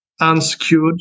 unsecured